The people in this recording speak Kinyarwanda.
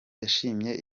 yashimye